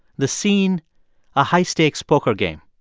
the scene a high-stakes poker game.